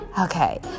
Okay